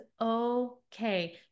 okay